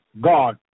God